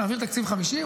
ונעביר תקציב חמישי,